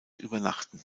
übernachten